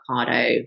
avocado